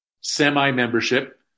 semi-membership